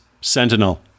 Sentinel